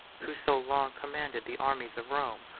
who so long commanded the armies of rome,